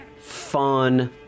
fun